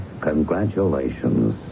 Congratulations